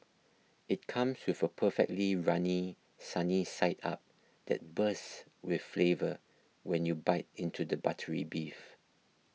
it comes with a perfectly runny sunny side up that bursts with flavour when you bite into the buttery beef